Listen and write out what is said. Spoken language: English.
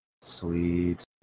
Sweet